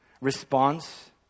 response